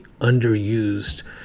underused